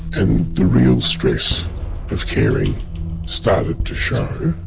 and the real stress of caring started to show,